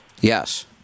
Yes